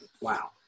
Wow